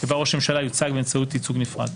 שבה ראש הממשלה יוצג באמצעות ייצוג נפרד.